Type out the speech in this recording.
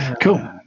Cool